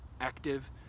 active